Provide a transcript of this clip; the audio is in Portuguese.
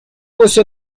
você